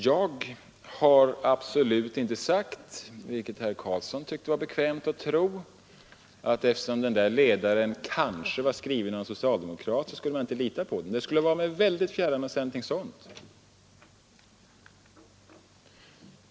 Jag har absolut inte sagt — vilket herr Carlsson tyckte var bekvämt att tro — att eftersom ledaren kanske var skriven av en socialdemokrat skulle man inte kunna lita på den. Det skulle vara mig mycket fjärran att säga något sådant.